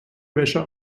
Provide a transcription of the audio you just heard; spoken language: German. wäsche